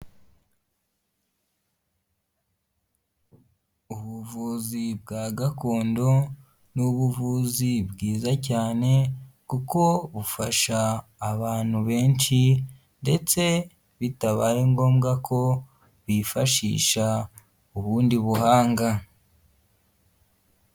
Ubuvuzi bwa gakondo, ni ubuvuzi bwiza cyane kuko bufasha abantu benshi ndetse bitabaye ngombwa ko bifashisha ubundi buhanga.